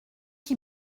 qui